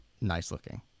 nice-looking